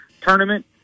tournament